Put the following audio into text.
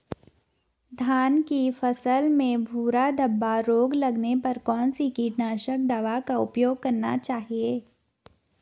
धान की फसल में भूरा धब्बा रोग लगने पर कौन सी कीटनाशक दवा का उपयोग करना चाहिए?